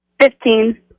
Fifteen